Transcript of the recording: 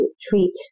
treat